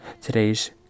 Today's